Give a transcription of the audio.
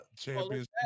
champions